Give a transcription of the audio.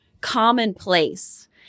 commonplace